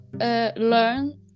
learn